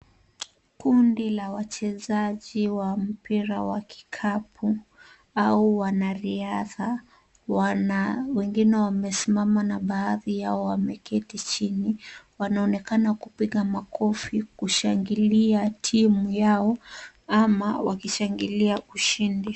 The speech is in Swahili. Kundi la wachezaji wa mpira wa kikapu au wanariadha, wengine wamesimama na baadhi yao wameketi chini. Wanaonekana kupiga makofi kushangilia timu yao ama wakishangilia ushindi.